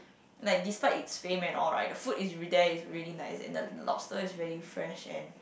like despite it's fame and all right the food is there is really nice and the lobster is really fresh and